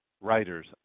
writers